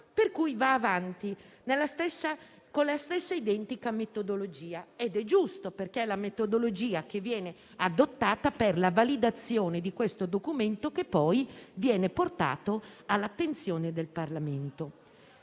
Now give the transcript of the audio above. bilancio va avanti dunque con la stessa identica metodologia ed è giusto, perché è quella che viene adottata per la validazione di questo documento, che viene poi portato all'attenzione del Parlamento.